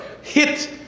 hit